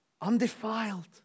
undefiled